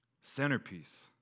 centerpiece